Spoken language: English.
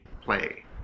play